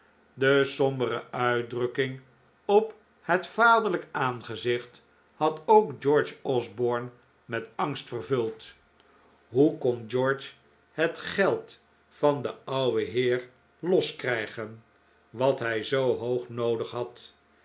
de sombere uitdrukking op het vaderlijk aangezicht had ook george osborne met angst vervuld hoe kon george het geld van den ouwen heer loskrijgen wat hij zoo hoog noodig had